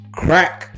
crack